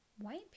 white